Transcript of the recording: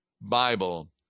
Bible